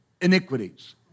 iniquities